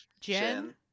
Jen